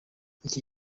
iki